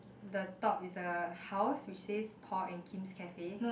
the top is a house which says Paul and Kim's cafe